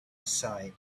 aside